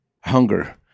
hunger